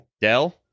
Dell